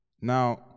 now